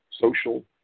social